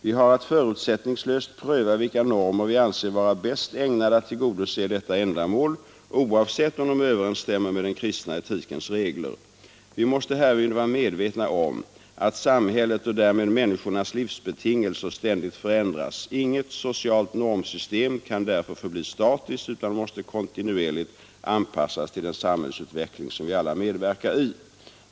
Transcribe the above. Vi har att förutsättningslöst pröva vilka normer vi anser vara bäst ägnade att tillgodose detta ändamål, oavsett om de överensstämmer med den kristna etikens regler. Vi måste härvid vara medvetna om att samhället och därmed människornas förbli statiskt utan måste kontinuerligt anpassas till den samhällsutveckling som vi alla medverkar i.